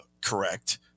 correct